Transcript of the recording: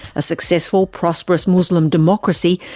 a successful, prosperous muslim democracy,